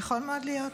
יכול מאוד להיות.